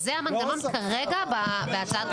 זה המנגנון כרגע בהצעת החוק.